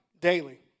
daily